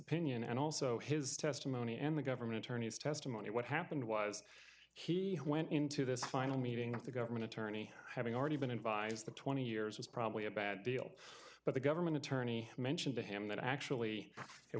opinion and also his testimony and the government attorneys testimony what happened was he who went into this final meeting with the government attorney having already been advised that twenty years was probably a bad deal but the government attorney mentioned to him that actually it